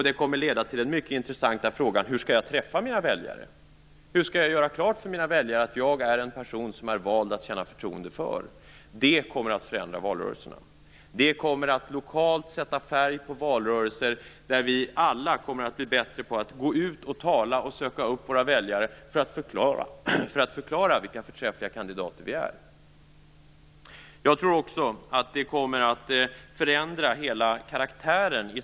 Det kommer att leda till en mycket intressant fråga: Hur skall jag träffa mina väljare? Hur skall jag göra klart för mina väljare att jag är en person att känna förtroende för? Det kommer att förändra valrörelserna. Det kommer att sätta färg på valrörelser lokalt. Vi kommer alla att bli bättre på att gå ut och söka upp våra väljare, tala med dem och förklara vilka förträffliga kandidater vi är. Jag tror också att arbetssättet kommer att förändra karaktär.